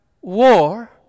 war